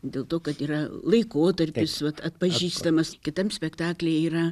dėl to kad yra laikotarpis vat atpažįstamas kitam spektaklyje yra